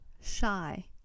shy